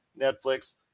Netflix